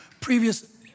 previous